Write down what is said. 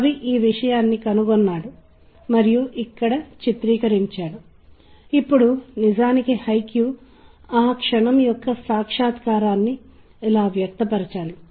మనం శ్రావ్యత గురించి మాట్లాడుతాము శ్రావ్యత అంటే ఏదో సహించదగినది మనం వినగలిగేది